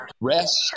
rest